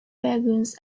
penguins